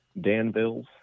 Danville's